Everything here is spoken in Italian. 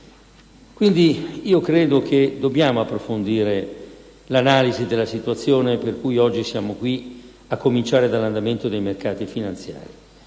Quindi, io credo che dobbiamo approfondire l'analisi della situazione per cui oggi siamo qui, a cominciare dall'andamento dei mercati finanziari: